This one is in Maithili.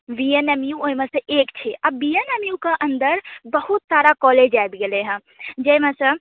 बी एन एम यू ओहिमेसँ एक छै आ बी एन एम यू कऽ अन्दर बहुत सारा कॉलेज आबि गेलेे हँ जाहिमेसँ